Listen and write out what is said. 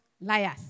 liars